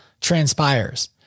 transpires